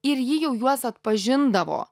ir ji jau juos atpažindavo